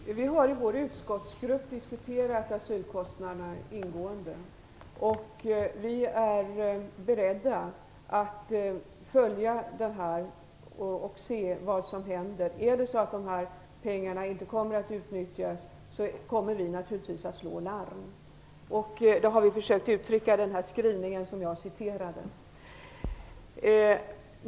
Fru talman! Vi har i vår utskottsgrupp diskuterat asylkostnaderna ingående. Vi är beredda att följa upp det här och se vad som händer. Om dessa pengar inte kommer att utnyttjas kommer vi naturligtvis att slå larm. Det har vi försökt uttrycka i den skrivning som jag citerade.